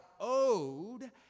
owed